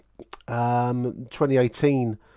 2018